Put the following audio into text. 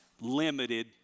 limited